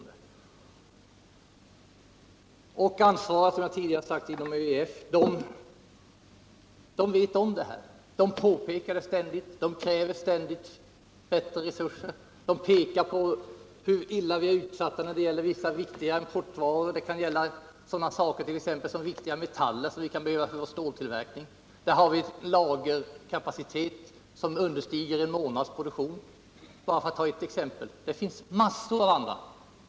De ansvariga inom ÖEF vet, som jag sagt tidigare, om detta. De påpekar det ständigt, de kräver bättre resurser, de pekar på hur illa vi är utsatta då det gäller vissa viktiga importvaror. Det kan vara fråga om exempelvis viktiga metaller som vi behöver för vår ståltillverkning. Där har vi lagerkapacitet som understiger en månads produktion. Detta är bara ett exempel. Det finns mängder av andra.